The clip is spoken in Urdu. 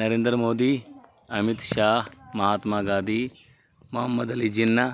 نریندر مودی امت شاہ مہاتما گاندھی محمد علی جناح